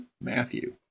Matthew